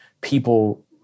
people